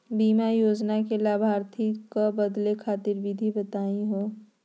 बीमा योजना के लाभार्थी क बदले खातिर विधि बताही हो?